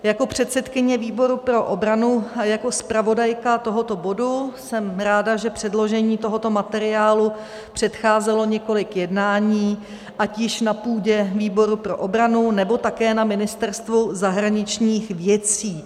Jako předsedkyně výboru pro obranu a jako zpravodajka tohoto bodu jsem ráda, že předložení tohoto materiálu předcházelo několik jednání ať již na půdě výboru pro obranu, nebo také na Ministerstvu zahraničních věcí.